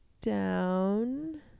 down